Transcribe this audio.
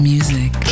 Music